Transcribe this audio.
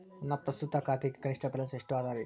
ನನ್ನ ಪ್ರಸ್ತುತ ಖಾತೆಗೆ ಕನಿಷ್ಠ ಬ್ಯಾಲೆನ್ಸ್ ಎಷ್ಟು ಅದರಿ?